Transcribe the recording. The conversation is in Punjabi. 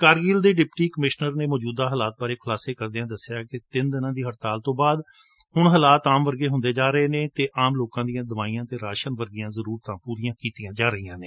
ਕਾਰਗਿਲ ਦੇ ਡਿਪਟੀ ਕਮਿਸਨਰ ਨੇ ਮੋਜੁਦਾ ਹਾਲਾਤ ਬਾਰੇ ਖੁਲਾਸੇ ਕਰਦਿਆ ਦਸਿਆ ਕਿ ਤਿੰਨ ਦਿਨਾ ਦੀ ਹੜਤਾਲ ਤੋ ਬਾਅਦ ਹੁਣ ਹਾਲਾਤ ਆਮ ਵਾਂਗ ਹੁੰਦੇ ਜਾ ਰਹੇ ਨੇ ਅਤੇ ਆਮ ਲੋਕਾਂ ਦੀਆਂ ਦਵਾਈਆਂ ਅਤੇ ਰਾਸਨ ਵਰਗੀਆਂ ਜ਼ਰੁਰਤਾਂ ਪੁਰੀਆਂ ਕੀਤੀਆਂ ਜਾ ਰਹੀਆਂ ਨੇ